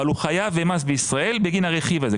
אבל הוא חייב במס בישראל בגין הרכיב הזה.